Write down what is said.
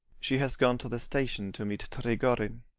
she has gone to the station to meet trigorin.